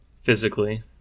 physically